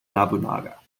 nobunaga